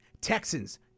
Texans